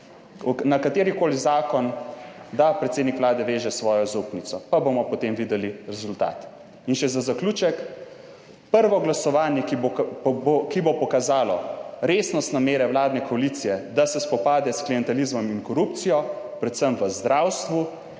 katerikoli zakon, da predsednik Vlade veže svojo zaupnico, pa bomo potem videli rezultat. In še za zaključek: prvo glasovanje, ki bo pokazalo resnost namere vladne koalicije, da se spopade s klientelizmom in korupcijo, predvsem v zdravstvu,